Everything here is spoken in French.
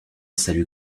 salut